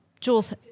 Jules